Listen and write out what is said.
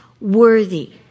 worthy